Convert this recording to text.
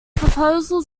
proposals